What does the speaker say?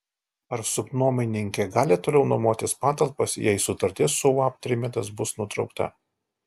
ar subnuomininkė gali toliau nuomotis patalpas jei sutartis su uab trimitas bus nutraukta